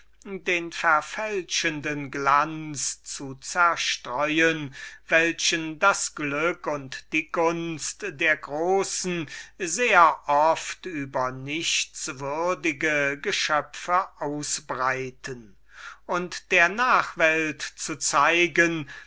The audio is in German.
den verfälschenden glanz zu zerstreuen welchen das glück und die gunst der großen sehr oft über nichtswürdige kreaturen ausbreitet um der nachwelt zum exempel zu zeigen